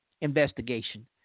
investigation